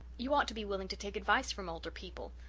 you ought to be willing to take advice from older people.